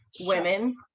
women